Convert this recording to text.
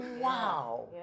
Wow